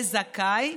"זכאי"